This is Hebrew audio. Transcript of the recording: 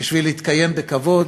בשביל להתקיים בכבוד,